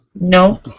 No